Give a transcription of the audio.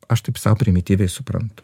aš taip sau primityviai suprantu